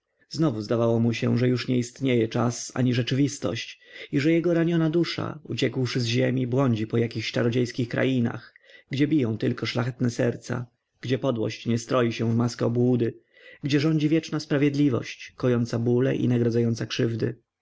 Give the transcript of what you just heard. znowu zdawało mu się że już nie istnieje czas ani rzeczywistość i że jego raniona dusza uciekłszy z ziemi błądzi po jakichś czarodziejdzich krainach gdzie biją tylko szlachetne serca gdzie podłość nie stroi się w maskę obłudy gdzie rządzi wieczna sprawiedliwość kojąca bóle i nagradzająca krzywdy